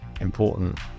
important